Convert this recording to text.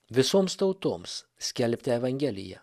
visoms tautoms skelbti evangeliją